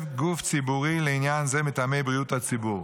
גוף ציבורי לעניין זה מטעמי בריאות הציבור.